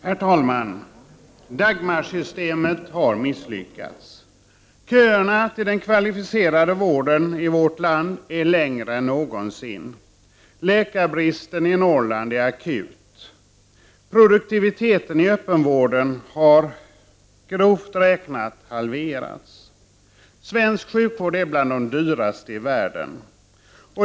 Herr talman! Dagmarsystemet har misslyckats. Köerna till den kvalificerade vården i vårt land är längre än någonsin, läkarbristen i Norrland är akut. Produktiviteten i öppenvården har grovt räknat halverats. Svensk sjukvård är bland de dyraste i världen.